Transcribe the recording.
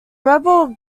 rebel